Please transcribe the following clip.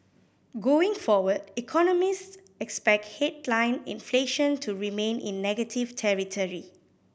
going forward economists expect headline inflation to remain in negative territory